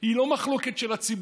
היא לא מחלוקת של הציבור,